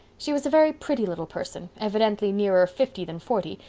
she was a very pretty little person, evidently nearer fifty than forty,